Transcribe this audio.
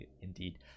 indeed